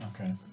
Okay